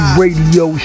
radio